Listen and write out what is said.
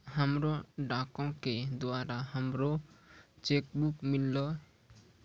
हमरा डाको के द्वारा हमरो चेक बुक मिललै